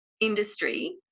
industry